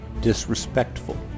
disrespectful